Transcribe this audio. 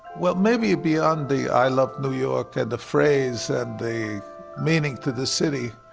well, maybe beyond the i love new york and the phrase and the meaning to the city,